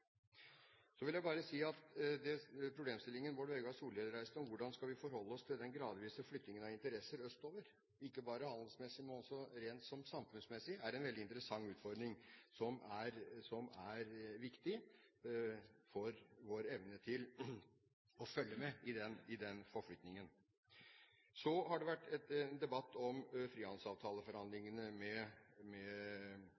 Så vil jeg bare si at den problemstilingen Bård Vegar Solhjell reiste, om hvordan vi skal forholde oss til den gradvise flyttingen av interesser østover, ikke bare handelsmessig, men også rent samfunnsmessig, er en veldig interessant utfordring, som er viktig for vår evne til å følge med i den forflytningen. Det har vært en debatt om